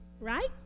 right